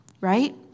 right